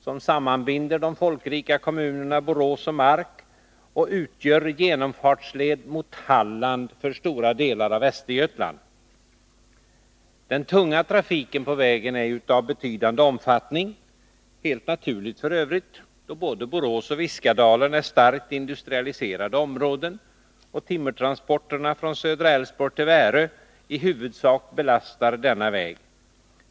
Den sammanbinder de folkrika kommunerna Borås och Mark, och den utgör genomfartsled mot Halland för stora delar av Västergötland. Den tunga trafiken på vägen är av betydande omfattning — helt naturligt f. ö., då både Borås och Viskadalen är starkt industrialiserade områden och timmertransporterna från södra Älvsborg till Värö i huvudsak belastar denna väg.